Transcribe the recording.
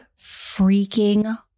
freaking